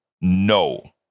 no